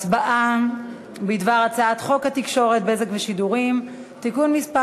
הצבעה על הצעת חוק התקשורת (בזק ושידורים) (תיקון מס'